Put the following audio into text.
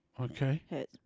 Okay